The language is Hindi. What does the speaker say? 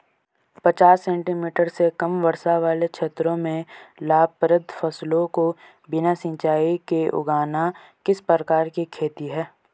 पचास सेंटीमीटर से कम वर्षा वाले क्षेत्रों में लाभप्रद फसलों को बिना सिंचाई के उगाना किस प्रकार की खेती है?